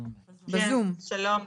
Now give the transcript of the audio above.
שלום,